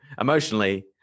Emotionally